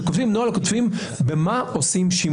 כשכותבים נוהל כותבים במה עושים שימוש.